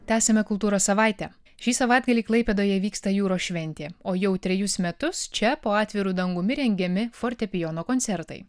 tęsiame kultūros savaitę šį savaitgalį klaipėdoje vyksta jūros šventė o jau trejus metus čia po atviru dangumi rengiami fortepijono koncertai